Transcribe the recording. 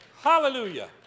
Hallelujah